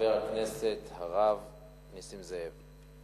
חבר הכנסת הרב נסים זאב,